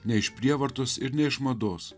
ne iš prievartos ir ne iš mados